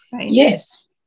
yes